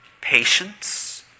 patience